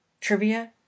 trivia